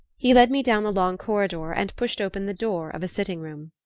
he led me down the long corridor, and pushed open the door of a sitting-room.